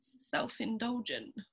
self-indulgent